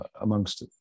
amongst